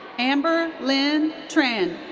amber linh tran.